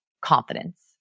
confidence